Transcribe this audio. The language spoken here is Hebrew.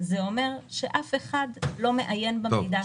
זה אומר שאף אחד לא מעיין במידע.